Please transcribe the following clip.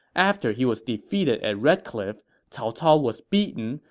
after he was defeated at red cliff, cao cao was beaten,